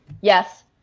Yes